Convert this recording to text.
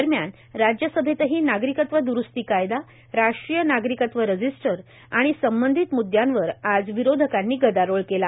दरम्यान राज्यसभेतही नागरिकत्व दुरूस्ती कायदा राष्ट्रीय नागरिकत्व रजिस्टर्ड आणि संबंधीत मुद्यांवर आज विरोधकांनी गदारोळ केला